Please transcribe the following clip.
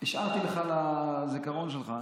השארתי לך לזיכרון שלך.